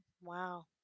Wow